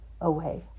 away